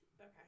Okay